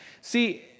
See